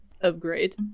upgrade